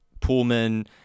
Pullman